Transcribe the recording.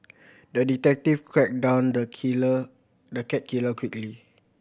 the detective tracked down the killer the cat killer quickly